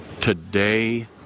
today